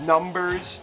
Numbers